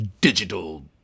digital